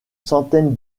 centaine